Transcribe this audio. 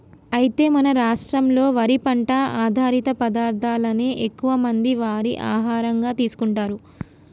అయితే మన రాష్ట్రంలో వరి పంట ఆధారిత పదార్థాలనే ఎక్కువ మంది వారి ఆహారంగా తీసుకుంటారు